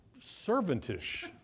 servantish